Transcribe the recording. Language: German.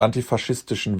antifaschistischen